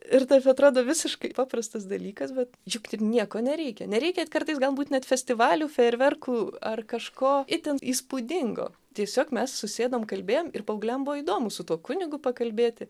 ir tas atrodo visiškai paprastas dalykas bet juk nieko nereikia nereikia kartais galbūt net festivalių fejerverkų ar kažko itin įspūdingo tiesiog mes susėdom kalbėjom ir paaugliam buvo įdomu su tuo kunigu pakalbėti